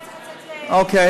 הוא היה צריך לצאת, אוקיי.